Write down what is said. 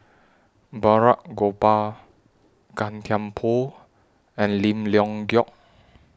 Balraj Gopal Gan Thiam Poh and Lim Leong Geok